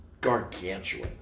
gargantuan